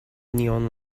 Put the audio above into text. neon